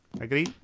Agree